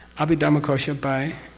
abhidharmakosha by?